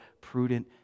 prudent